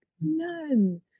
none